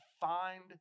find